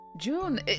June